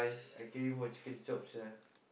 I craving for chicken chop sia